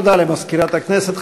תודה למזכירת הכנסת.